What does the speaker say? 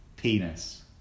penis